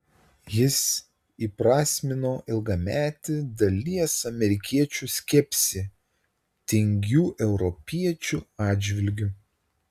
jis įprasmino ilgametį dalies amerikiečių skepsį tingių europiečių atžvilgiu